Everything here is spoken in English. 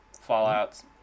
Fallout's